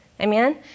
Amen